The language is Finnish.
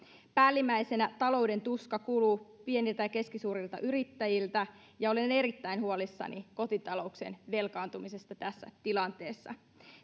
päällimmäisenä talouden tuska kuuluu pieniltä tai keskisuurilta yrittäjiltä ja olen erittäin huolissani kotitalouksien velkaantumisesta tässä tilanteessa